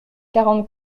quarante